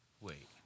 Wait